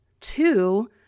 two